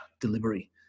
delivery